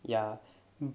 ya